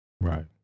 Right